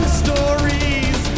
stories